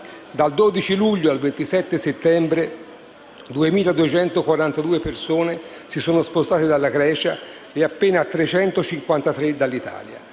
Dal 12 luglio al 27 settembre, 2242 persone si sono spostate dalla Grecia, e appena 353 dall'Italia.